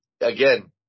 again